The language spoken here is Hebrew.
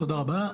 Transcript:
תודה רבה.